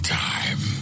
time